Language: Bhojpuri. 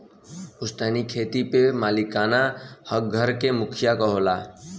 पुस्तैनी खेत पे मालिकाना हक घर क मुखिया क होला